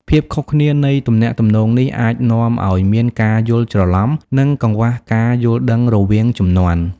ភាពខុសគ្នានៃការទំនាក់ទំនងនេះអាចនាំឱ្យមានការយល់ច្រឡំ និងកង្វះការយល់ដឹងរវាងជំនាន់។